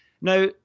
Now